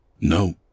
No